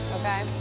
Okay